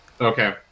okay